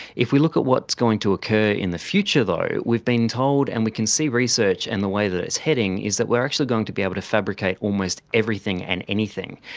if we look at what's going to occur in the future though, we've been told and we can see research and the way that it's heading is that we are actually going to be able to fabricate almost everything and anything.